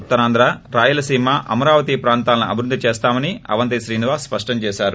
ఉత్తరాంధ్ర రాయలసీమ అమరావతి ప్రాంతాలను అభివృద్ది చేస్తామని అవంతీ శ్రీనివాస్ స్పష్టం చేసారు